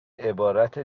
عبارت